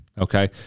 okay